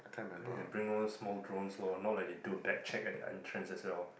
bring one small drone lor not like they'll do a bag check at the entrance as well